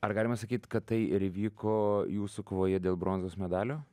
ar galima sakyt kad tai ir įvyko jūsų kovoje dėl bronzos medalio